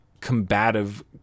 combative